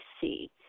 see